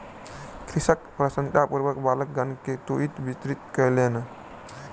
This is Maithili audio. कृषक प्रसन्नतापूर्वक बालकगण के तूईत वितरित कयलैन